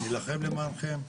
להלחם למענכם,